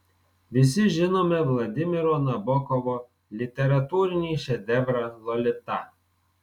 visi žinome vladimiro nabokovo literatūrinį šedevrą lolita